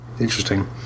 Interesting